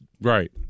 right